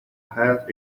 held